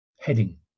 heading